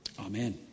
Amen